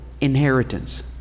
inheritance